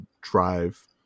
drive